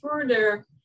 further